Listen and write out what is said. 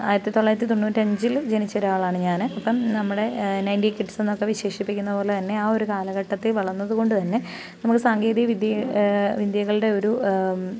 ആയിരത്തി തൊള്ളായിരത്തി തൊണ്ണൂറ്റഞ്ചിൽ ജനിച്ച ഒരാളാണ് ഞാൻ അപ്പം നമ്മുടെ നയൺറ്റി കിഡ്സെന്നൊക്കെ വിശേഷിപ്പിക്കുന്ന പോലെ തന്നെ ആ ഒരു കാലഘട്ടത്തിൽ വളർന്നത് കൊണ്ട് തന്നെ നമുക്ക് സാങ്കേതിക വിദ്യ വിദ്യകളുടെ ഒരു